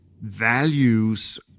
values